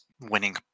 winning